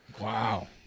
Wow